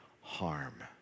harm